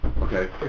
okay